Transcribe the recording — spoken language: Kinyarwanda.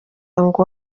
ngo